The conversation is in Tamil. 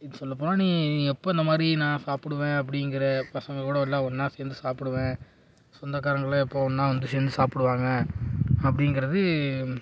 இது சொல்ல போனால் நீ எப்போ இந்த மாதிரி நான் சாப்பிடுவேன் அப்படிங்கிற பசங்கள் கூட எல்லாம் ஒன்றா சேர்ந்து சாப்பிடுவேன் சொந்தக்காரங்களாம் எப்பவும் ஒன்றா வந்து சேர்ந்து சாப்பிடுவாங்க அப்படிங்கிறது